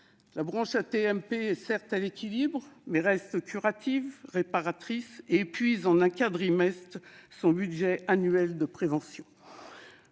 La branche AT-MP est, certes, à l'équilibre, mais reste curative et épuise en un quadrimestre son budget annuel de prévention.